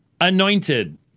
anointed